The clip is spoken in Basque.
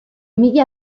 mila